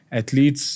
athletes